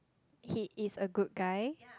he is a good guy